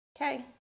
okay